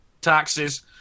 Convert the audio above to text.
taxes